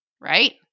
right